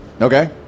Okay